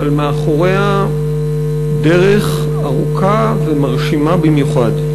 אבל מאחוריה דרך ארוכה ומרשימה במיוחד.